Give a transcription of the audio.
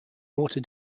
water